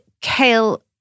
kale